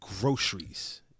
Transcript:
Groceries